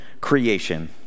creation